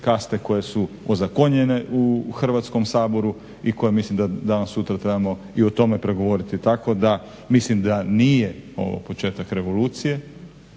kaste koje su ozakonjene u Hrvatskom saboru i koje mislim da danas sutra trebamo i o tome progovoriti. Tako da mislim da nije ovo početak revolucije,